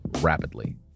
rapidly